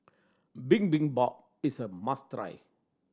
bibimbap is a must try